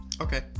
okay